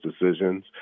decisions